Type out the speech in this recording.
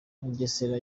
mugesera